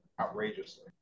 outrageously